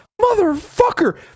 motherfucker